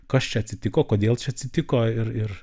kas čia atsitiko kodėl čia atsitiko ir ir